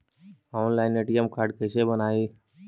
Online ATM card कैसे बनाई?